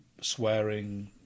swearing